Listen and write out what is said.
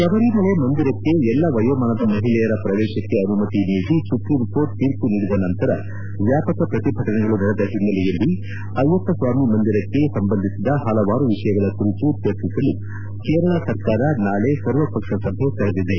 ಶಬರಿಮಲೆ ಮಂದಿರಕ್ಕೆ ಎಲ್ಲ ವಯೋಮಾನದ ಮಹಿಳೆಯರ ಪ್ರವೇಶಕ್ಕೆ ಅನುಮತಿ ನೀಡಿ ಸುಪ್ರೀಂ ಕೋರ್ಟ್ ತೀರ್ಮ ನೀಡಿದ ನಂತರ ವ್ಯಾಪಕ ಪ್ರತಿಭಟನೆಗಳು ನಡೆದ ಹಿನ್ನೆಲೆಯಲ್ಲಿ ಅಯ್ಯಪ್ಪ ಸ್ವಾಮಿ ಮಂದಿರಕ್ಕೆ ಸಂಬಂಧಿಸಿದ ಹಲವಾರು ವಿಷಯಗಳ ಕುರಿತು ಚರ್ಚಿಸಲು ಕೇರಳ ಸರ್ಕಾರ ನಾಳೆ ಸರ್ವಪಕ್ಷ ಸಭೆ ಕರೆದಿದೆ